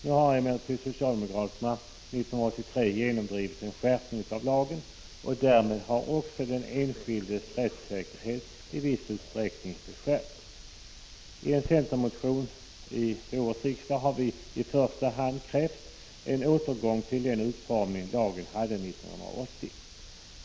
Nu genomdrev emellertid socialdemokraterna 1983 en skärpning av lagen, och därmed har den enskildes rättssäkerhet i viss utsträckning beskurits. I en centermotion till årets riksdag har vi i första hand krävt en återgång till den utformning som lagen hade 1980.